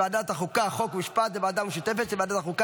של חבר הכנסת אברהם בצלאל וקבוצת חברי הכנסת לדיון בוועדת החוקה,